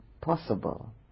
possible